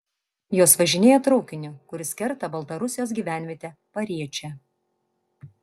jos važinėja traukiniu kuris kerta baltarusijos gyvenvietę pariečę